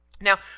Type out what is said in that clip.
Now